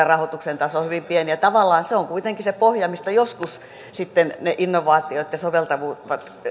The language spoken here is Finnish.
rahoituksen taso on hyvin pieni tavallaan se on kuitenkin se pohja mistä joskus sitten ne innovaatiot ja soveltavatkin